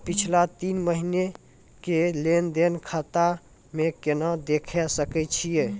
पिछला तीन महिना के लेंन देंन खाता मे केना देखे सकय छियै?